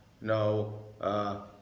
no